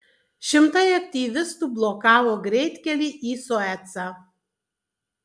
šimtai aktyvistų blokavo greitkelį į suecą